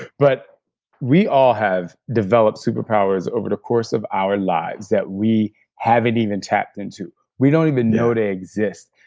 but we all have developed superpowers over the course of our lives that we haven't even tapped into. we don't even know they exist,